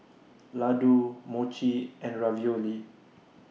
Ladoo Mochi and Ravioli